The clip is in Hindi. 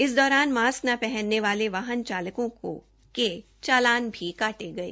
इस दौरान मास्क न पहनने वाले वाहन चालकों के चालान भी काटे गए